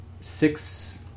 six